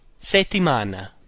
Settimana